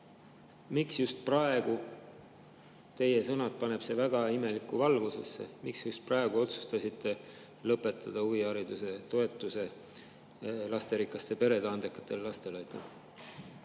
Miks just praegu? Teie sõnad paneb see väga imelikku valgusesse. Miks just praegu otsustasite lõpetada huvihariduse toetuse lasterikaste perede andekatele lastele?